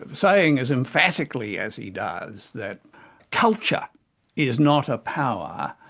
ah saying as emphatically as he does that culture is not a power,